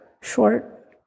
short